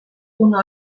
una